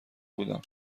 بودم